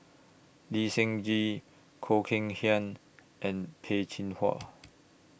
Lee Seng Gee Khoo Kay Hian and Peh Chin Hua